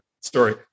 story